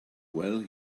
well